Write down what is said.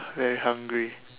very hungry